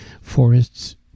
Forests